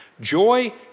Joy